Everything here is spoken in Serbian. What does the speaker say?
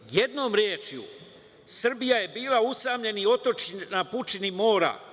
Jednom rečju Srbija je bila usamljena na pučini mora.